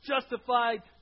justified